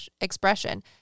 expression